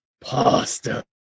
Pasta